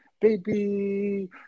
Baby